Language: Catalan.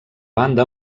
banda